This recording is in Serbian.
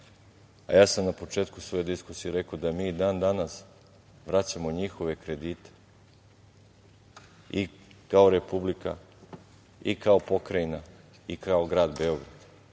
sam na početku svoje diskusije rekao da mi i dan danas vraćamo njihove kredite i kao Republika i kao Pokrajina i kao grad Beograd,